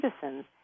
citizens